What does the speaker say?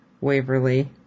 Waverly